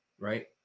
right